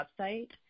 website